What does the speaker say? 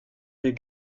des